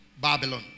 Babylon